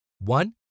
One